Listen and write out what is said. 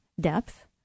depth